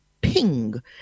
ping